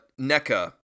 NECA